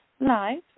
live